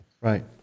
Right